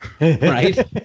right